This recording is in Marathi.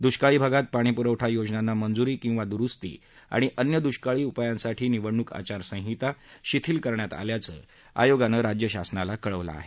दुष्काळी भागात पाणीपुरवठा योजनांना मंजुरी किंवा दुरुस्ती आणि अन्य दुष्काळी उपायांसाठी निवडणूक आचारसंहिता शिथिल करण्यात आल्याचं आयोगानं राज्य शासनाला कळवलं आहे